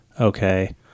okay